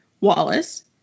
Wallace